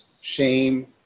shame